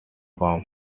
form